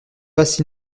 passe